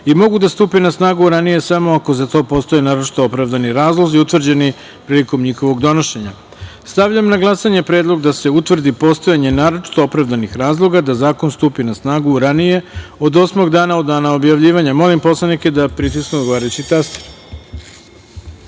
i mogu da stupe na snagu ranije samo ako za to postoje naročito opravdani razlozi, utvrđeni prilikom njihovog donošenja. Stavljam na glasanje predlog da se utvrdi postojanje naročito opravdanih razloga da zakon stupi na snagu ranije od osmog dana od dana objavljivanja. Molim poslanike da pritisnu odgovarajući